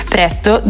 Presto